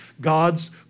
God's